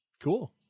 Cool